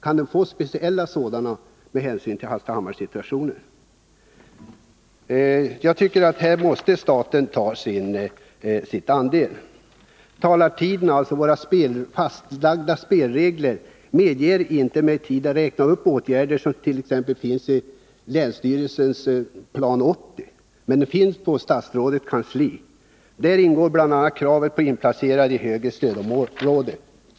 Kan de få speciella resurser med hänsyn till situationen i Hallstahammar? Staten måste här ta sin andel. Reglerna för taletiden vid besvarande av frågor medger inte att jag räknar upp de åtgärder som finns i länsstyrelsens Plan 80. Men denna finns på statsrådets kansli. Där ingår bl.a. kravet på att regionen skall inplaceras i ett annat stödområde.